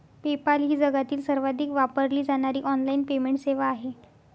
PayPal ही जगातील सर्वाधिक वापरली जाणारी ऑनलाइन पेमेंट सेवा आहे